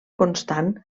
constant